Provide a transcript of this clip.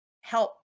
help